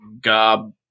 gob